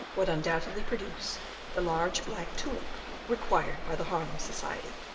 would undoubtedly produce the large black tulip required by the haarlem society.